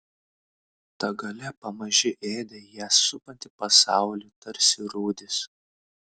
ta galia pamaži ėdė ją supantį pasaulį tarsi rūdys